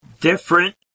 different